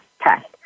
test